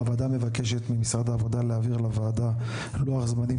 2. הוועדה מבקשת ממשרד העבודה להעביר לוועדה לוח זמנים